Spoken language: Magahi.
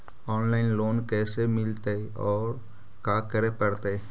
औनलाइन लोन कैसे मिलतै औ का करे पड़तै?